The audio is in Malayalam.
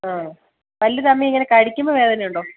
ആ പല്ല് തന്നെയിങ്ങനെ കടിക്കുമ്പോൾ വേദനയുണ്ടോ